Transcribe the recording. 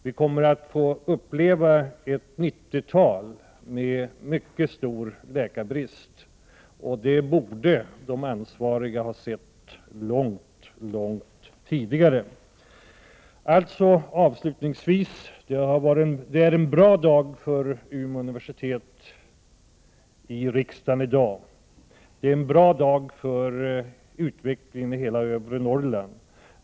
Vi kommer att få uppleva ett 1990-tal med mycket stor läkarbrist — det borde de ansvariga ha insett långt tidigare. Avslutningsvis vill jag säga att det i dag i riksdagen är en bra dag för Umeå universitet. Det är en bra dag för utvecklingen i hela övre Norrland.